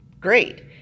great